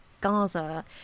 Gaza